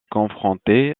confronté